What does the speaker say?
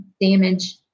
damage